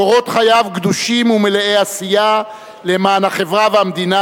קורות חייו גדושים ומלאי עשייה למען החברה והמדינה.